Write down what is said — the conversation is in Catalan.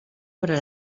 obre